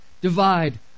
divide